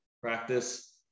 Practice